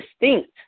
Distinct